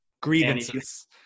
Grievances